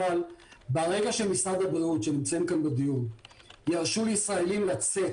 אבל ברגע שמשרד הבריאות שנמצא כאן בדיון ירשה לישראלים לצאת,